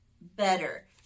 better